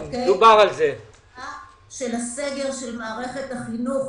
של הסגר של מערכת החינוך,